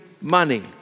money